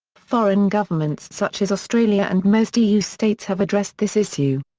foreign governments such as australia and most eu states have addressed this issue.